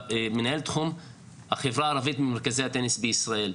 מנהל תחום החברה הערבית מרכזי הטניס בישראל.